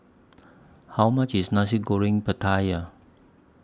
How much IS Nasi Goreng Pattaya